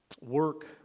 work